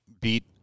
beat